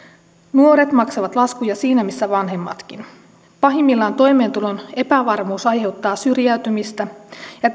nuoret maksavat laskuja siinä missä vanhemmatkin pahimmillaan toimeentulon epävarmuus aiheuttaa syrjäytymistä ja